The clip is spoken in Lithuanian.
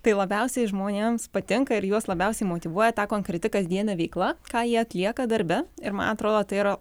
tai labiausiai žmonėms patinka ir juos labiausiai motyvuoja tą konkreti kasdienė veikla ką jie atlieka darbe ir man atrodo tai yra